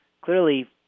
Clearly